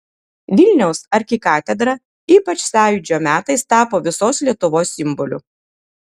vilniaus arkikatedra ypač sąjūdžio metais tapo visos lietuvos simboliu